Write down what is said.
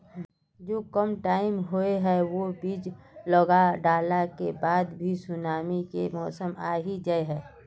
जो कम टाइम होये है वो बीज लगा डाला के बाद भी सुनामी के मौसम आ ही जाय है?